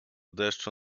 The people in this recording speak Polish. deszczu